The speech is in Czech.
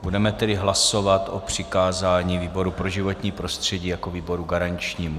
Budeme tedy hlasovat o přikázání výboru pro životní prostředí jako výboru garančnímu.